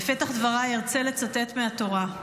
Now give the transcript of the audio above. בפתח דבריי, ארצה לצטט מהתורה: